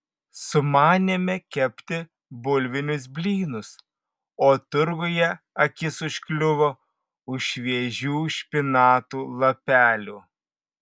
sumanėme kepti bulvinius blynus o turguje akis užkliuvo už šviežių špinatų lapelių